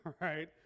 right